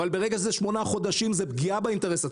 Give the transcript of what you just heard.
אבל כאשר זה שמונה חודשים זה פגיעה באינטרס הציבורי.